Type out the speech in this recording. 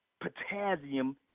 Potassium